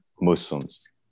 Muslims